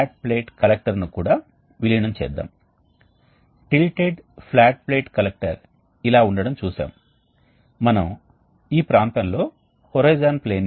twin bed regenerator సరైనది అయితే అక్కడ ఎక్కువ సంఖ్యలో బెడ్స్ ఉండవచ్చు మరియు దాని ద్వారా మనం మంచి మొత్తంలో ఉష్ణ మార్పిడిని లేదా మంచి మొత్తంలో ఉష్ణ శక్తి రికవరీని వేడి ప్రవాహం నుండి చల్లని ప్రవాహానికి పొందవచ్చు